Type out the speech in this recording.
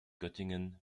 göttingen